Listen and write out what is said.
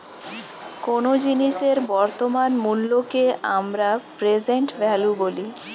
কোনো জিনিসের বর্তমান মূল্যকে আমরা প্রেসেন্ট ভ্যালু বলি